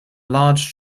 large